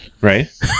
right